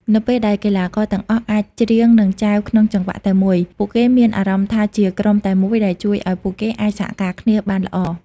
នៅពេលដែលកីឡាករទាំងអស់អាចច្រៀង និងចែវក្នុងចង្វាក់តែមួយ ពួកគេមានអារម្មណ៍ថាជាក្រុមតែមួយ ដែលជួយឲ្យពួកគេអាចសហការគ្នាបានល្អ។